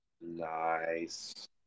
Nice